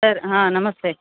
sir ಹಾಂ ನಮಸ್ತೆ